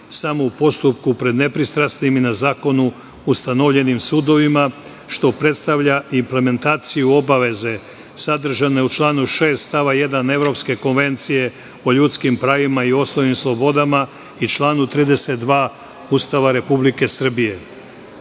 samo u postupku pred nepristrasnim i na zakonu ustanovljenim sudovima, što predstavlja implementaciju obaveze sadržane u članu 6. stava 1. Evropske konvencije o ljudskih pravima i osnovnim slobodama i članu 32. Ustava Republike